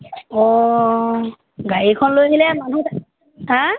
অঁ গাড়ীখন লৈ আহিলে মানুহ হেঁ